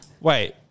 Wait